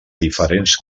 diferents